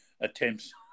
attempts